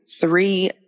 three